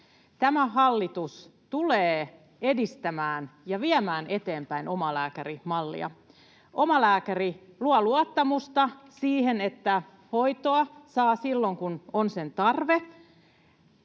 Tämä hallitus tulee edistämään ja viemään eteenpäin omalääkärimallia. Omalääkäri luo luottamusta siihen, että hoitoa saa silloin, kun on sen tarve.